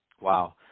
Wow